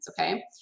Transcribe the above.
Okay